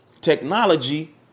technology